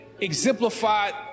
exemplified